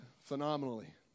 phenomenally